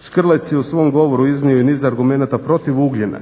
"Škrlec je u svom govoru iznio i niz argumenata protiv ugljena